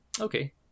okay